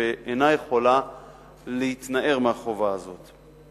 ואינה יכולה להתנער מהחובה הזאת.